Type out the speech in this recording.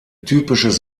typisches